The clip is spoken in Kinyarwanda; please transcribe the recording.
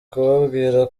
kubabwira